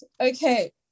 Okay